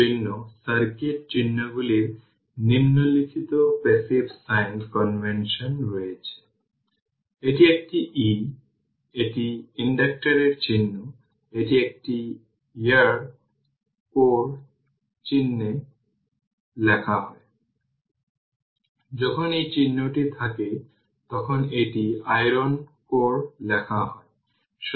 তাই আমি শুধু সেই পোলারিটি দেখছি তার মানে v cq v C2 0 v C1 0